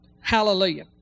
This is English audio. Hallelujah